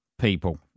people